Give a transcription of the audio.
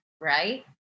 right